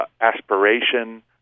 aspiration